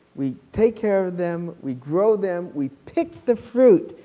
we take care of them, we grow them. we pick the fruit,